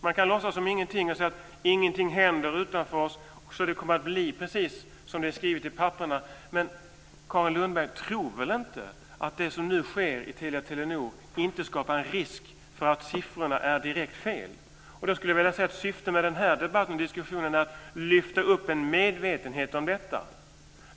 Man kan låtsas som ingenting och säga att ingenting händer här utanför, så det kommer att bli precis som det är skrivet i papperen. Men Carin Lundberg tror väl inte att det som nu sker i Telia Telenor inte skapar risk för att siffrorna är direkt fel. Jag skulle vilja säga att syftet med den här debatten och diskussionen är att lyfta fram en medvetenhet om detta.